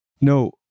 No